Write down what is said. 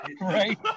Right